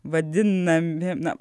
vadinami na